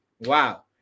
wow